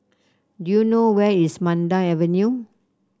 do you know where is Mandai Avenue